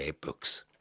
books